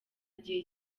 igihe